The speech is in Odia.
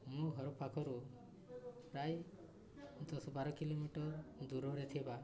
ମୋ ଘର ପାଖରୁ ପ୍ରାୟ ଦଶ ବାର କିଲୋମିଟର ଦୂରରେ ଥିବା